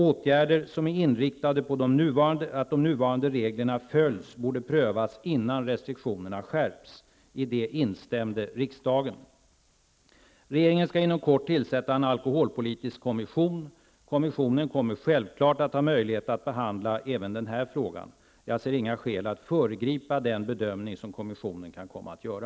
Åtgärder som är inriktade på att de nuvarande reglerna följs borde prövas innan restriktionerna skärps. I detta instämde riksdagen. Regeringen skall inom kort tillsätta en alkoholpolitisk kommission. Kommissionen kommer självfallet att ha möjlighet att behandla även den här frågan. Jag ser inga skäl att föregripa den bedömning som kommissionen kan komma att göra.